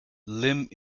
limb